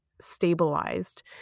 stabilized